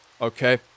okay